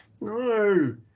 No